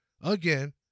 again